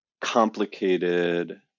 complicated